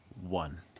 One